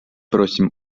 просим